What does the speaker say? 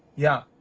yeah.